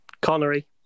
Connery